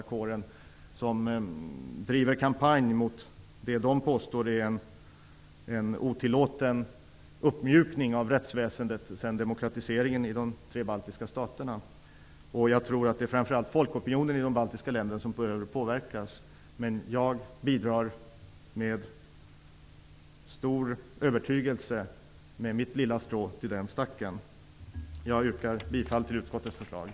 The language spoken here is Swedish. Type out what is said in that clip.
De driver en kampanj mot vad de påstår är en otillåten uppmjukning av rättsväsendet sedan demokratiseringen i de tre baltiska staterna. Jag tror att det framför allt är folkopinionen i de baltiska länderna som behöver påverkas. Jag bidrar med stor övertygelse med mitt lilla strå till den stacken. Jag yrkar bifall till utskottets hemställan.